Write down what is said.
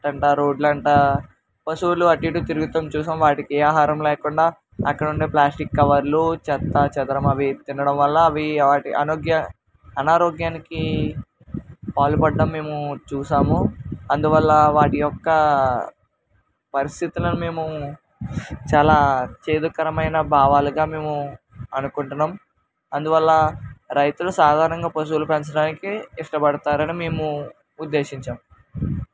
అంట రోడ్లంట పశువులు అటు ఇటు తిరగడం చూసాం వాటికి ఏ ఆహారం లేకుండా అక్కడ ఉండే ప్లాస్టిక్ కవర్లు చెత్తాచెదారం అవి తినడం వల్ల అవి అనోగ్య అనారోగ్యానికి పాలుపడడం మేము చూసాము అందువల్ల వాటి యొక్క పరిస్థితులను మేము చాలా చేదు కరమైన భావాలుగా మేము అనుకుంటున్నాం అందువల్ల రైతులు సాధారణంగా పశువులు పెంచడానికి ఇష్టపడతారు అని మేము ఉద్దేశించాం